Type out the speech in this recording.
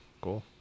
cool